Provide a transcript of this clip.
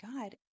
God